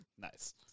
Nice